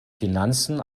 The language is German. finanzen